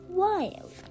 wild